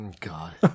God